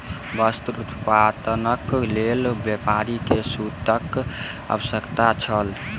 वस्त्र उत्पादनक लेल व्यापारी के सूतक आवश्यकता छल